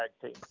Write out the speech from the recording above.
team